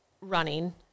running